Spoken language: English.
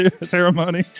ceremony